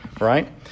right